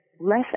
less